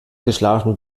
geschlafen